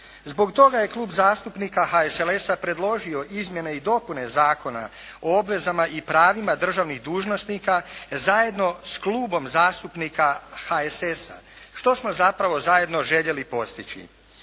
Zbog toga je Klub zastupnika HSLS-a predložio izmjene i dopune Zakona o obvezama i pravima državnih dužnosnika zajedno s Klubom zastupnika HSS-a. Što smo zapravo zajedno željeli postići?